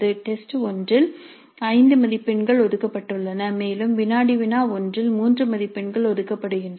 test 1 இல் 5 மதிப்பெண்கள் ஒதுக்கப்பட்டுள்ளன மேலும் வினாடி வினா 1 இல் 3 மதிப்பெண்கள் ஒதுக்கப்படுகின்றன